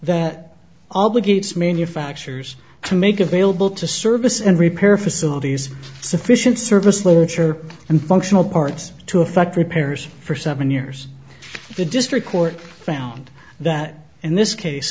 that obligates manufacturers to make available to service and repair facilities sufficient service literature and functional parts to affect repairs for seven years the district court found that in this case